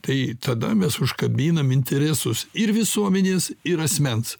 tai tada mes užkabinam interesus ir visuomenės ir asmens